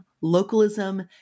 localism